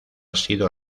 sido